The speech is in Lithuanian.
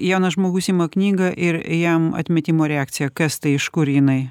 jaunas žmogus ima knygą ir jam atmetimo reakcija kas tai iš kur jinai